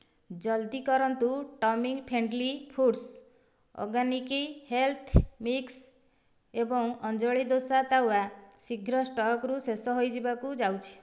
ଜଲ୍ଦି କରନ୍ତୁ tummy friendly foods organic health mix ଏବଂ ଅଞ୍ଜଳି ଦୋସା ତାୱା ଶୀଘ୍ର ଷ୍ଟକ୍ ରୁ ଶେଷ ହୋଇଯିବାକୁ ଯାଉଛି